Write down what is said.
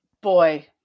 boy